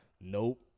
nope